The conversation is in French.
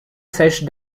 sèche